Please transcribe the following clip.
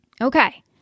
Okay